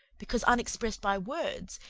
because unexpressed by words,